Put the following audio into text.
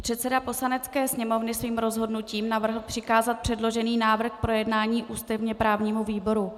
Předseda Poslanecké sněmovny svým rozhodnutím navrhl přikázat předložený návrh k projednání ústavněprávnímu výboru.